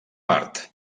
part